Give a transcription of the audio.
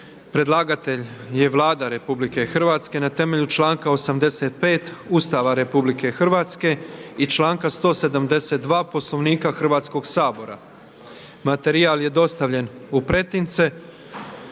Predlagatelj je Vlada Republike Hrvatske na temelju članka 85. Ustava Republike Hrvatske i članka 172. Poslovnika Hrvatskoga sabora. Materijal je dostavljen u pretince.